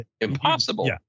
impossible